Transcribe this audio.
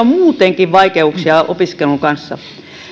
muutenkin vaikeuksia opiskelun kanssa